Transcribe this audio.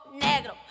negro